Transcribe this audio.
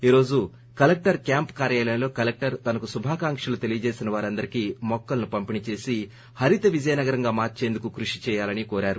ఈ రోజు collector camp కార్యాలయంలో కలెక్టర్ తనకు శుభాకాంకులు తెలియజేసిన వారందరికీ మొక్కలను పంపిణీ చేసి హరిత విజయనగరంగా మార్సేందుకు కృషి చేయాలని కోరారు